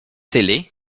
silly